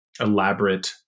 elaborate